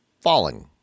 falling